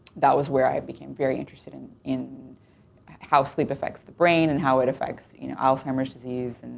that was where i became very interested in in how sleep affects the brain, and how it affects, you know, alzheimer's disease,